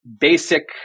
basic